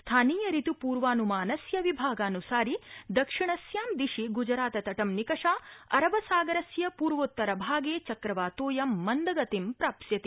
स्थानीय ऋत् पूर्वान्मानस्य विभागान्सारि दक्षिणस्यां दिशि ग्जराततटं निकषा अरब सागरस्य पूर्वोतर भागे चक्रवातोऽयं मन्दगतिं प्राप्स्यति